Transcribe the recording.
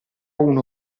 uno